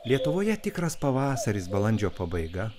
lietuvoje tikras pavasaris balandžio pabaiga